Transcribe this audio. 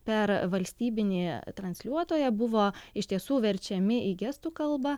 per valstybinį transliuotoją buvo iš tiesų verčiami į gestų kalbą